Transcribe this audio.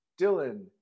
Dylan